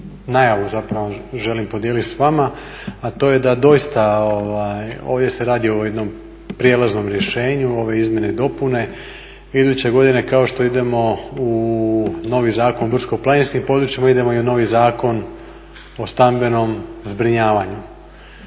najavu zapravo želim podijelit s vama, a to je da doista ovdje se radi o jednom prijelaznom rješenju ove izmjene i dopune. Iduće godine kao što idemo u novi Zakon o brdsko-planinskim područjima, idemo i u novi Zakon o stambenom zbrinjavanju,